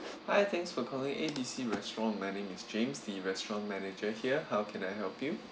hi thanks for calling A B C restaurant my name is james the restaurant manager here how can I help you